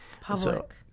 Public